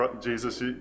Jesus